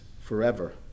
forever